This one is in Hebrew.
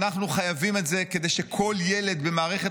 אנחנו חייבים את זה כדי שכל ילד במערכת